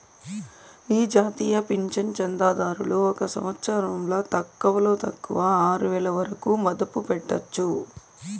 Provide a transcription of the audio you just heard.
ఈ జాతీయ పింఛను చందాదారులు ఒక సంవత్సరంల తక్కువలో తక్కువ ఆరువేల వరకు మదుపు పెట్టొచ్చు